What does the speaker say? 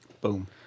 Boom